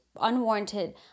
unwarranted